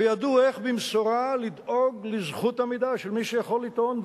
וידעו איך במשורה לדאוג לזכות עמידה של מי שיכול לטעון,